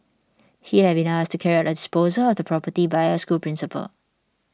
he had been asked to carry out the disposal of the property by a school principal